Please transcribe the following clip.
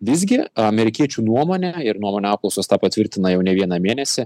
visgi amerikiečių nuomonė ir nuomonių apklausos tą patvirtina jau ne vieną mėnesį